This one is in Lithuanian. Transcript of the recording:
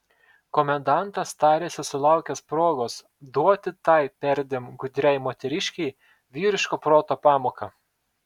komendantas tarėsi sulaukęs progos duoti tai perdėm gudriai moteriškei vyriško proto pamoką